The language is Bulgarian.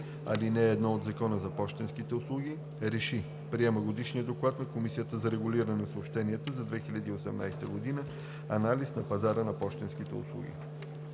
ал. 1 от Закона за пощенските услуги РЕШИ: Приема Годишния доклад на Комисията за регулиране на съобщенията за 2018 г. – „Анализ на пазара на пощенски услуги.“